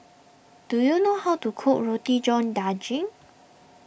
do you know how to cook Roti John Daging